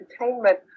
entertainment